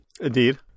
Indeed